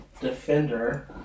defender